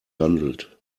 handelt